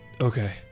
Okay